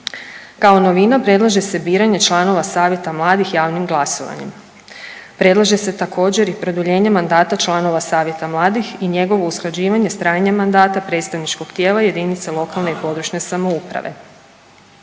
Kao novina predlaže se biranje članova savjeta mladih javnim glasovanjem. Predlaže se također i produljenje mandata članova savjeta mladih i njegovo usklađivanje s trajanjem mandata predstavničkog tijela jedinice lokalne i područne samouprave.